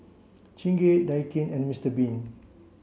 Chingay Daikin and Mister bean